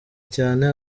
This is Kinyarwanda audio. cyane